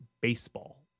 baseball